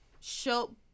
show